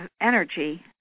energy